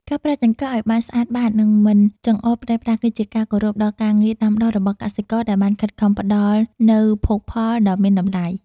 ការប្រើចង្កឹះឱ្យបានស្អាតបាតនិងមិនចង្អុលផ្តេសផ្តាសគឺជាការគោរពដល់ការងារដាំដុះរបស់កសិករដែលបានខិតខំផ្តល់នូវភោគផលដ៏មានតម្លៃ។